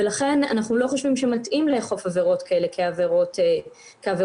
ולכן אנחנו לא חושבים שמתאים לאכוף עבירות כאלה כעבירות פליליות.